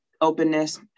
openness